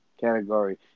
category